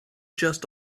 just